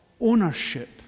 ownership